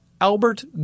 Albert